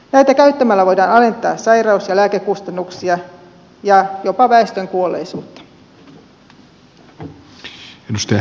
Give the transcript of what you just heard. näitä käyttämällä voidaan alentaa sairaus ja lääkekustannuksia ja jopa väestön kuolleisuutta